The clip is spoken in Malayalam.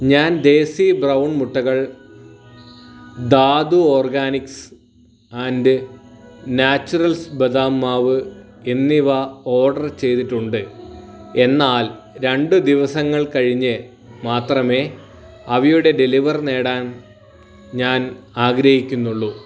ഞാൻ ദേസി ബ്രൗൺ മുട്ടകൾ ധാതു ഓർഗാനിക്സ് ആൻ്റ് നാച്ചുറൽസ് ബദാം മാവ് എന്നിവ ഓർഡർ ചെയ്തിട്ടുണ്ട് എന്നാൽ രണ്ട് ദിവസങ്ങൾ കഴിഞ്ഞ് മാത്രമേ അവയുടെ ഡെലിവർ നേടാൻ ഞാൻ ആഗ്രഹിക്കുന്നുള്ളൂ